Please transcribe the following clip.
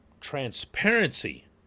transparency